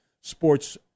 sports